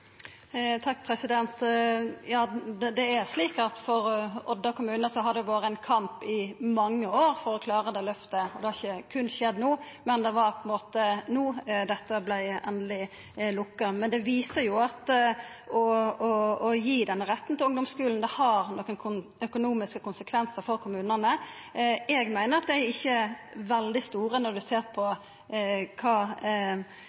For Odda kommune har det vore ein kamp i mange år for å klara det løftet. Det har ikkje skjedd berre no, men det var no det vart endeleg lukka. Men det viser at det å gi denne retten til ungdomsskulen har nokre økonomiske konsekvensar for kommunane. Eg meiner dei ikkje er veldig store når ein ser